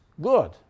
good